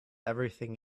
everything